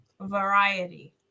variety